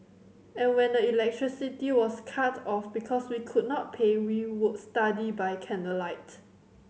and when the electricity was cut off because we could not pay we would study by candlelight